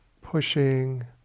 pushing